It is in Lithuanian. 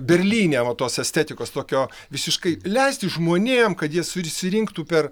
berlyne va tos estetikos tokio visiškai leisti žmonėm kad jie susirinktų per